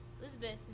Elizabeth